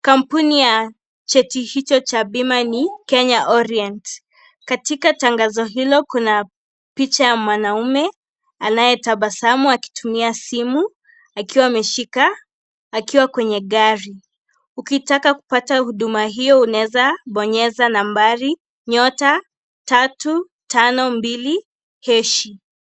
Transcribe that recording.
Kampuni ya cheti hicho cha bima ni Kenya Orient. Katika tangazo hilo, kuna picha ya mwanaume, anayetabasamu akitumia simu, akiwa meshika, akiwa kwenye gari. Ukitaka kupata huduma hio, uneza bonyeza nambari, *352#.